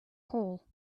hole